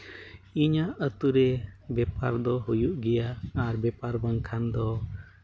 ᱤᱧᱟᱹᱜ ᱟᱹᱛᱩᱨᱮ ᱵᱮᱯᱟᱨ ᱫᱚ ᱦᱩᱭᱩᱜ ᱜᱮᱭᱟ ᱟᱨ ᱵᱮᱯᱟᱨ ᱵᱟᱝᱠᱷᱟᱱ ᱫᱚ